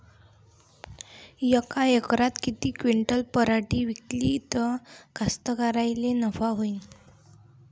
यका एकरात किती क्विंटल पराटी पिकली त कास्तकाराइले नफा होईन?